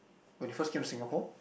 when you first came to Singapore